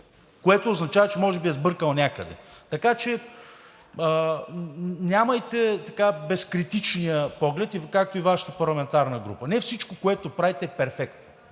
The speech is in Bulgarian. което означава, че може би е сбъркал някъде, така че нямайте безкритичния поглед, както и Вашата парламентарна група – не всичко, което правите е перфектно.